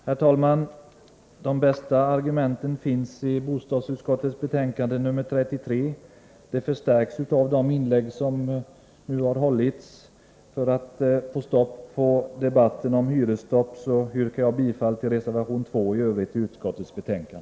Herr talman! De bästa argumenten finns i bostadsutskottets betänkande 33. De har förstärkts av de inlägg som nu har hållits. För att få stopp på debatten om hyresstopp yrkar jag bifall till reservation 2 och i övrigt bifall till utskottets hemställan.